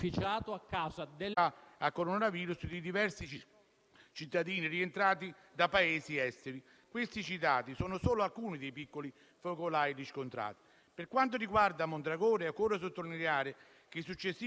e Forze dell'ordine, su cui sono ancora in corso le opportune indagini da parte delle stesse, hanno alla base situazioni di disagio sociale, di intolleranza e di violenza, in cui un ruolo non secondario è svolto